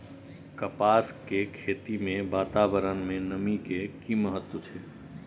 कपास के खेती मे वातावरण में नमी के की महत्व छै?